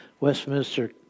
Westminster